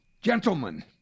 Gentlemen